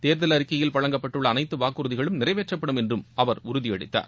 தேர்தல் அறிக்கையில் வழங்கப்பட்டுள்ள அனைத்து வாக்குறதிகளும் நிறைவேற்றப்படும் என்று அவர் உறுதியளித்தார்